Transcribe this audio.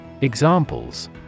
Examples